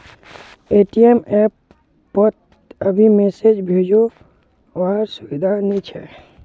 ATM app पोत अभी message भेजो वार सुविधा नी छे